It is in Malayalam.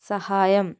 സഹായം